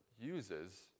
uses